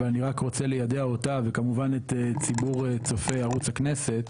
אבל אני רק רוצה ליידע אותה וכמובן את ציבור צופי ערוץ הכנסת,